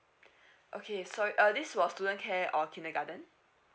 okay so uh this was student care or kindergarten